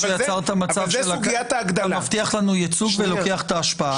אתה מבטיח לנו ייצוג ולוקח את ההשפעה.